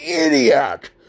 idiot